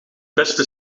beste